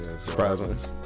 Surprisingly